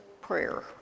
prayer